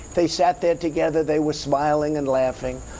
they sat there together, they were smiling and laughing,